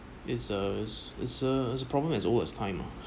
it's a is it's a problem as old as time {ah]